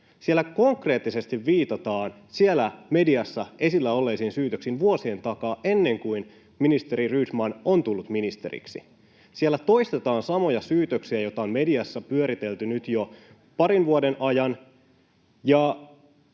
Siellä konkreettisesti viitataan mediassa esillä olleisiin syytöksiin vuosien takaa, ennen kuin ministeri Rydman on tullut ministeriksi. Siellä toistetaan samoja syytöksiä, joita on mediassa pyöritelty nyt jo parin vuoden ajan,